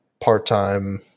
part-time